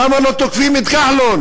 למה לא תוקפים את כחלון?